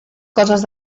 coses